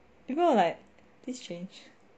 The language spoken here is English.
people are like please change